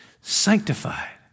sanctified